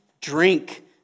drink